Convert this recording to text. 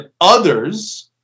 others